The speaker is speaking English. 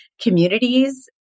communities